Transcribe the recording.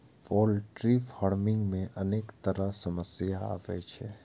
poultry farming मे अनेक तरहक समस्या आबै छै